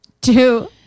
Two